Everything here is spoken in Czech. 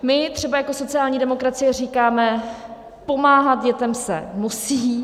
My třeba jako sociální demokracie říkáme, že pomáhat dětem se musí.